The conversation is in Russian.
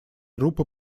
группы